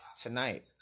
tonight